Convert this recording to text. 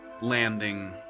landing